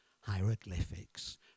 hieroglyphics